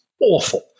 awful